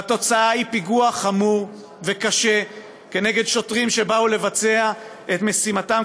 והתוצאה היא פיגוע חמור וקשה כנגד שוטרים שבאו לבצע את משימתם,